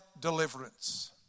deliverance